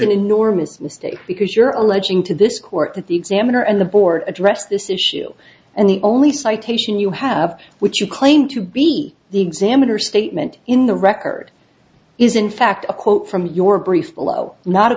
an enormous mistake because you're alleging to this court that the examiner and the board addressed this issue and the only citation you have which you claim to be the examiner statement in the record is in fact a quote from your brief below not a